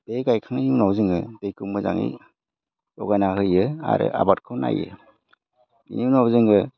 बै गायखांनायनि उनाव जोङो दैखौ मोजाङै जगायना होयो आरो आबादखौ नायो बिनि उनाव जोङो